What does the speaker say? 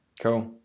Cool